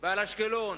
ועל אשקלון